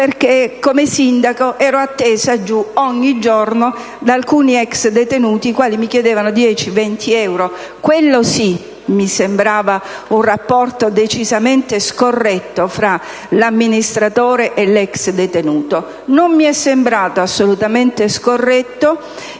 Come sindaco, infatti, ero attesa ogni giorno da alcuni ex detenuti che mi chiedevano 10 o 20 euro: quello sì che mi sembrava un rapporto decisamente scorretto tra l'amministratore e l'ex detenuto. Non mi è sembrato assolutamente scorretto